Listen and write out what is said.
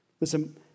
Listen